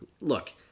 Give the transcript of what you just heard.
look